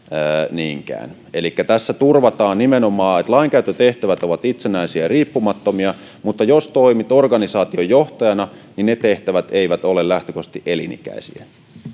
niinkään tässä turvataan nimenomaan että lainkäyttötehtävät ovat itsenäisiä ja riippumattomia mutta jos toimit organisaation johtajana niin ne tehtävät eivät ole lähtökohtaisesti elinikäisiä